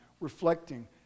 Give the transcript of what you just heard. reflecting